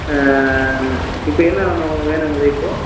இப்போ என்ன வேணும் வேணும் உங்களுக்கு இப்போது